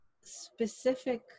specific